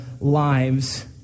lives